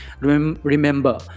Remember